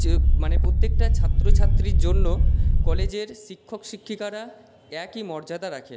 যে মানে প্রত্যেকটা ছাত্র ছাত্রীর জন্য কলেজের শিক্ষক শিক্ষিকারা একই মর্যাদা রাখে